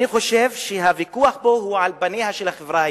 אני חושב שהוויכוח פה הוא על פניה של החברה הישראלית.